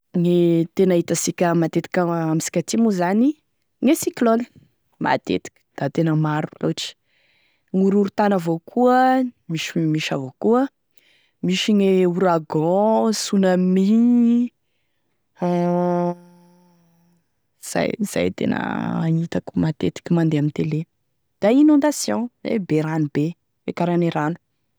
Gne tena hitasika matetiky amisika aty moa zany gne cyclone, matetiky da tena maro loatry, gn'horohorotany avao koa misy misy avao koa, misy gne ouragan, sunami iny zay zay e tena hitako matetiky mandeha ame télé da inondation, e be ranobe, fiakarane rano.